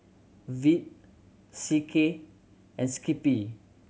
Veet C K and Skippy